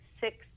six